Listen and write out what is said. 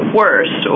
worse